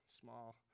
small